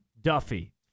Duffy